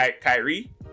Kyrie